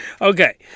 Okay